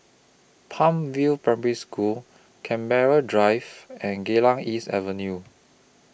Palm View Primary School Canberra Drive and Geylang East Avenue